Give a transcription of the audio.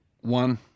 One